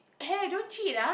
eh don't cheat ah